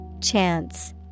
Chance